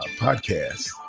podcast